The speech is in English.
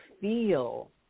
feel